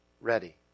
ready